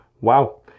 Wow